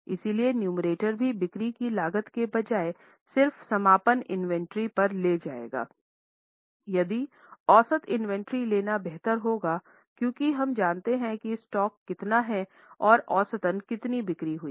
इसलिए नुमेरेटर भी बिक्री की लागत के बजाय सिर्फ समापन इन्वेंट्री पर ले जाएगा यदि औसत इन्वेंट्री लेना बेहतर होगा क्योंकि हम जानते हैं कि स्टॉक कितना है और औसतन कितनी बिक्री हुई है